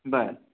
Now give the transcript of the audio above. बरं